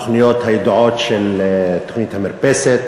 התוכניות הידועות של המרפסת,